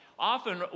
Often